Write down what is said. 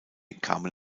kamen